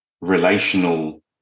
relational